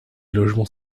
logements